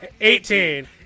Eighteen